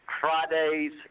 Fridays